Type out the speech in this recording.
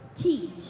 teach